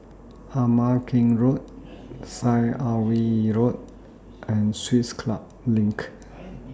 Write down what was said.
Ama Keng Road Syed Alwi Road and Swiss Club LINK